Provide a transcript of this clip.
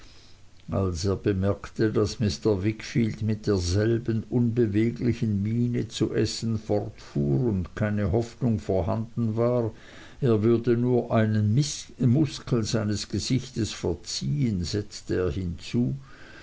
als er bemerkte daß mr wickfield mit derselben unbeweglichen miene zu essen fortfuhr und keine hoffnung vorhanden war er würde auch nur eine muskel seines gesichts verziehen setzte er hinzu